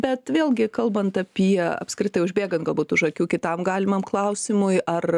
bet vėlgi kalbant apie apskritai užbėgan galbūt už akių kitam galimam klausimui ar